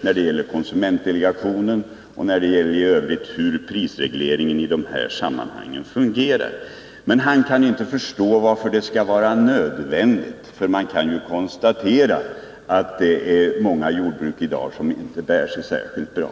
när det gäller konsumentdelegationen och i övrigt hur prisregleringen fungerar i det här sammanhanget. Men han kan inte förstå varför detta skall vara nödvändigt, eftersom man kan konstatera att det är många jordbruk som i dag inte bär sig särskilt bra.